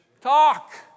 Talk